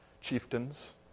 chieftains